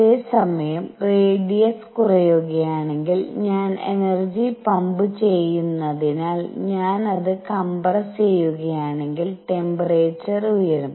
അതേ സമയം റേഡിയസ് കുറയുകയാണെങ്കിൽ ഞാൻ എനർജി പമ്പ് ചെയ്യുന്നതിനാൽ ഞാൻ അത് കംപ്രസ്സു ചെയ്യുകയാണെങ്കിൽ ട്ടെമ്പേറെചർ ഉയരും